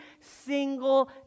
single